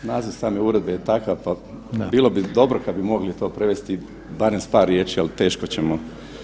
Da, naziv same uredbe je takav, pa bilo bi dobro kad bi mogli to prevesti barem s par riječi, ali teško ćemo.